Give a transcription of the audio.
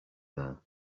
there